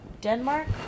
Denmark